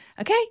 Okay